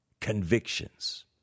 convictions